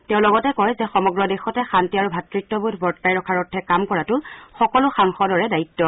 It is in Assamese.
তেওঁ লগতে কয় যে সমগ্ৰ দেশতে শান্তি আৰু ভাতৃত্বোধ বৰ্তাই ৰখাৰ অৰ্থে কাম কৰাতো সকলো সাংসদৰে দায়িত্ব